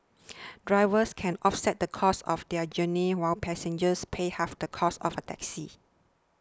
drivers can offset the cost of their journey while passengers pay half the cost of a taxi